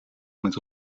met